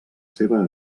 seva